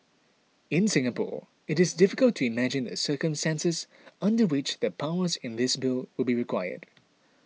in Singapore it is difficult to imagine the circumstances under which the powers in this Bill would be required